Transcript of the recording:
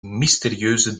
mysterieuze